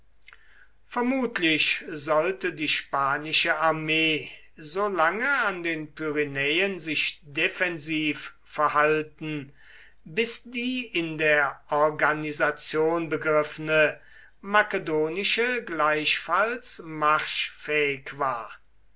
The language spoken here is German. vermutlich sollte die spanische armee so lange an den pyrenäen sich defensiv verhalten bis die in der organisation begriffene makedonische gleichfalls marschfähig war